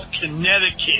Connecticut